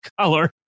color